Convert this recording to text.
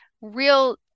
real